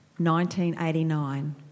1989